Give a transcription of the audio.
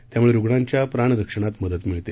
त्यामुळे रुग्णांच्या प्राण रक्षणात मदत मिळते